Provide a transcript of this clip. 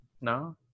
No